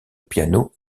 piano